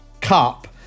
Cup